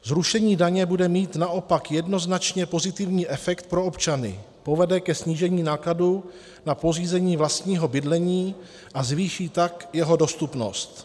Zrušení daně bude mít naopak jednoznačně pozitivní efekt pro občany povede ke snížení nákladů na pořízení vlastního bydlení, a zvýší tak jeho dostupnost.